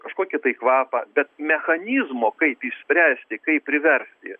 kažkokį tai kvapą bet mechanizmo kaip išspręsti kaip priversti